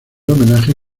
homenaje